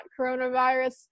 coronavirus